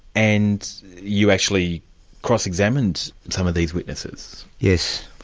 and you actually cross-examined some of these witnesses? yes.